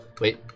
wait